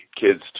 kids